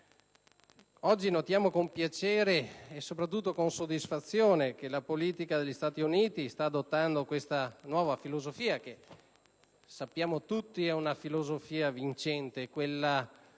Oggi notiamo con piacere e soprattutto con soddisfazione che la politica degli Stati Uniti sta adottando questa nuova filosofia che, sappiamo tutti, è vincente. Mi riferisco allo